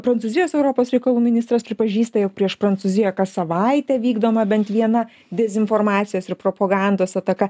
prancūzijos europos reikalų ministras pripažįsta jog prieš prancūziją kas savaitę vykdoma bent viena dezinformacijos ir propagandos ataka